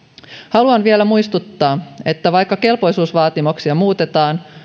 haluan vielä muistuttaa että vaikka kelpoisuusvaatimuksia muutetaan